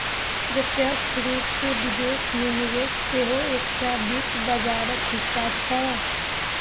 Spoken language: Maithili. प्रत्यक्ष रूपसँ विदेश मे निवेश सेहो एकटा वित्त बाजारक हिस्सा छै